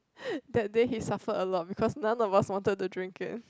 that day he suffered a lot because none of us wanted to drink it